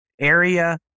Area